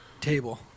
table